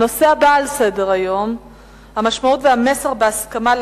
הנושא הבא: המשמעות והמסר של ההסכמה על